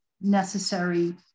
necessary